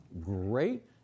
great